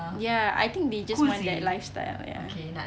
ya I think they just want that lifestyle yes